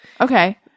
Okay